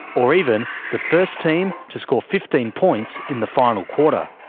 or even the first team to score fifteen points in the final quarter.